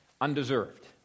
Undeserved